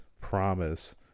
promise